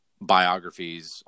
biographies